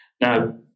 Now